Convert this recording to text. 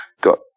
got